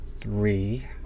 three